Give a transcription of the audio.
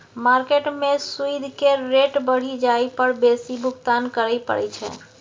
market में सूइद केर रेट बढ़ि जाइ पर बेसी भुगतान करइ पड़इ छै